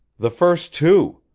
the first two.